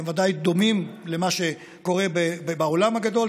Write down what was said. ודאי דומים למה שקורה בעולם הגדול.